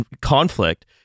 conflict